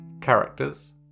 characters